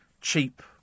cheap